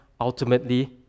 ultimately